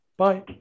bye